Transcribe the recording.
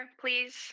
please